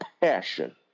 passion